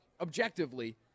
objectively